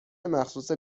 مخصوص